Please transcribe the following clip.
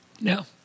No